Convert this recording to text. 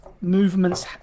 movements